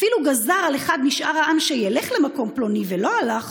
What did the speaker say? אפילו גזר על אחד משאר העם שילך למקום פלוני ולא הלך,